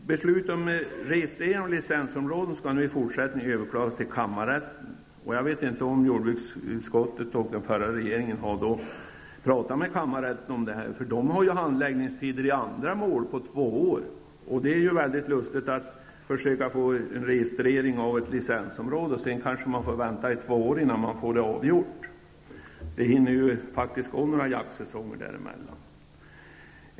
Beslut om registrering av licensområden skall nu i fortsättningen överklagas till kammarrätten. Jag vet inte om jordbruksutskottet och den förra regeringen har talat med kammarrätten om detta. De har ju handläggningstider i andra mål på två år. Det är inte särskilt lustigt att försöka få en registrering av ett licensområde och sedan kanske få vänta i två år innan man får det avgjort. Det hinner faktiskt gå några jaktsäsonger där emellan.